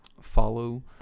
follow